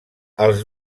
els